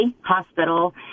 hospital